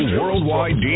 worldwide